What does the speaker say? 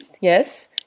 Yes